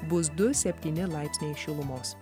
bus du septyni laipsniai šilumos